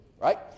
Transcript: right